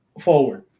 forward